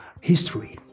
history